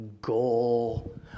goal